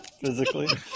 Physically